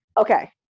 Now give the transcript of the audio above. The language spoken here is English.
Okay